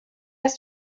ist